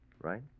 right